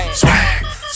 swag